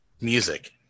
music